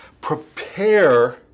Prepare